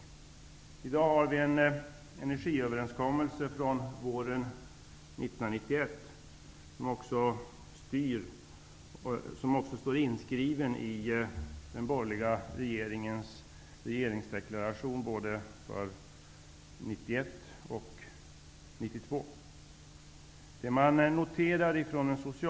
Vi har i dag en energiöverenskommelse från våren 1991 som står inskriven i den borgerliga regeringens regeringsdeklarationer både från 1991 och 1992.